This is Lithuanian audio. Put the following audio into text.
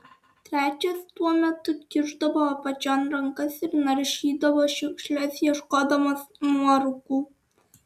trečias tuo metu kišdavo apačion rankas ir naršydavo šiukšles ieškodamas nuorūkų